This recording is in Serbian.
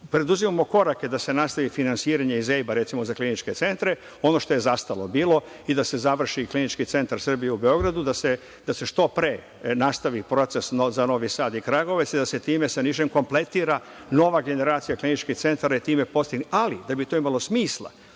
Preduzimamo korake da se nastavi finansiranje iz Ejba, recimo za kliničke centre, ono što je zastalo bilo, i da se završi Klinički centar Srbije u Beogradu, da se što pre nastavi proces za Novi Sad i Kragujevac i da se time sa Nišem kompletira nova generacija kliničkih centara i time postigne… Da bi to imalo smisla,